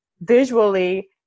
visually